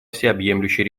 всеобъемлющей